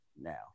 now